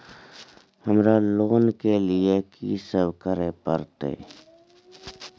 हमरा लोन के लिए की सब करे परतै?